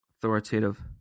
authoritative